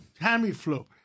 Tamiflu